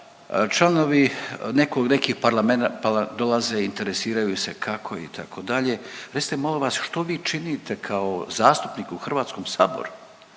članovi nekih parlamenata dolaze, interesiraju kako itd., recite molim vas što vi činite kao zastupnik u Hrvatskom saboru?